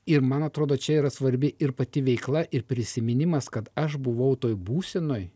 ir man atrodo čia yra svarbi ir pati veikla ir prisiminimas kad aš buvau toj būsenoj